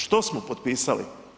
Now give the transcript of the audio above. Što smo potpisali?